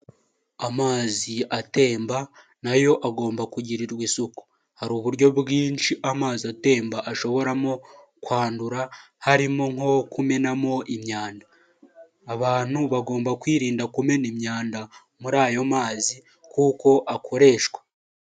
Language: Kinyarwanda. Amazi atemba nayo agomba kugirirwa isuku, hari uburyo bwinshi amazi atemba ashoboramo kwandura harimo nko kumenamo imyanda, abantu bagomba kwirinda kumena imyanda muri ayo mazi kuko akoreshwa.